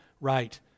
right